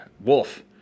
Wolf